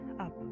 up